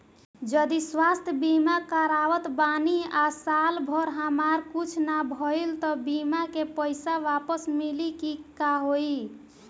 जदि स्वास्थ्य बीमा करावत बानी आ साल भर हमरा कुछ ना भइल त बीमा के पईसा वापस मिली की का होई?